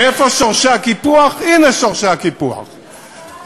בלילה הם הקימו את המדינה,